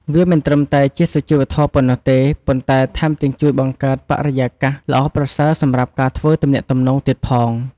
វាមិនត្រឹមតែជាសុជីវធម៌ប៉ុណ្ណោះទេ ប៉ុន្តែថែមទាំងជួយបង្កើតបរិយាកាសល្អប្រសើរសម្រាប់ការធ្វើទំនាក់ទំនងទៀតផង។